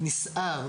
נסער,